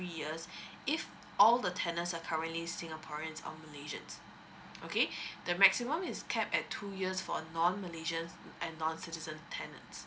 years if all the tenants are currently singaporeans or malaysian okay the maximum is capped at two years for non malaysians and non citizen tenants